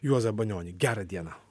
juozą banionį gerą dieną